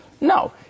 No